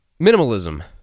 Minimalism